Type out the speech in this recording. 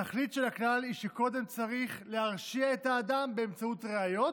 התכלית של הכלל היא שקודם צריך להרשיע את האדם באמצעות ראיות,